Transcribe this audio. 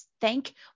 thank